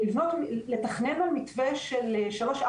לתכנן מתווה של שלוש,